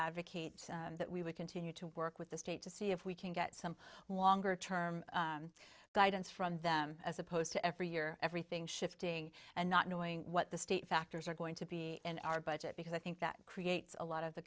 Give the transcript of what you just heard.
advocate that we would continue to work with the state to see if we can get some longer term guidance from them as opposed to every year everything shifting and not knowing what the state factors are going to be in our budget because i think that creates a lot of the